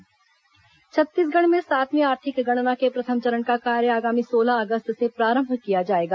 आर्थिक गणना छत्तीसगढ़ में सातवीं आर्थिक गणना के प्रथम चरण का कार्य आगामी सोलह अगस्त से प्रारंभ किया जाएगा